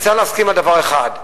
צריך להסכים על דבר אחד.